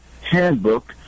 handbook